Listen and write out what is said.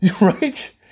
Right